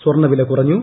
സ്വർണ വില കുറഞ്ഞു